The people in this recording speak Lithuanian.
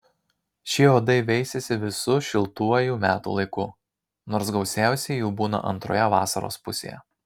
šie uodai veisiasi visu šiltuoju metų laiku nors gausiausiai jų būna antroje vasaros pusėje